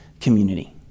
community